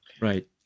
Right